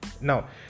Now